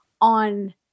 on